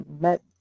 met